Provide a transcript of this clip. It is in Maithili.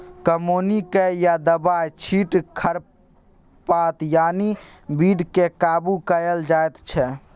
कमौनी कए या दबाइ छीट खरपात यानी बीड केँ काबु कएल जाइत छै